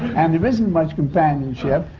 and there isn't much companionship.